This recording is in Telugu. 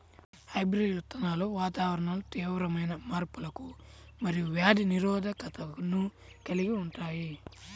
హైబ్రిడ్ విత్తనాలు వాతావరణంలో తీవ్రమైన మార్పులకు మరియు వ్యాధి నిరోధకతను కలిగి ఉంటాయి